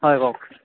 হয় কওক